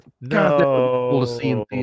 No